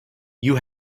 you